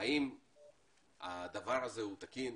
האם הדבר הזה תקין,